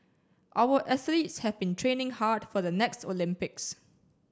our athletes have been training hard for the next Olympics